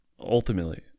ultimately